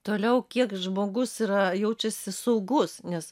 toliau kiek žmogus yra jaučiasi saugus nes